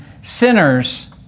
sinners